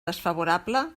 desfavorable